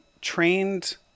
trained